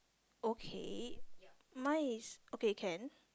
okay mine is okay can